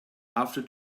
after